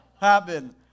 happen